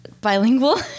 Bilingual